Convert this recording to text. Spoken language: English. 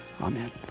Amen